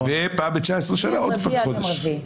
ופעם ב-19 שנה עוד פעם חודש.